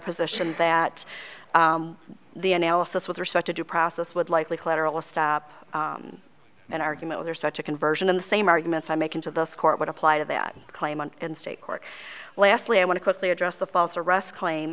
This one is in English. position that the analysis with respect to due process would likely collateral stop an argument over such a conversion in the same arguments i make into the court would apply to that claim on and state court lastly i want to quickly address the false arrest claim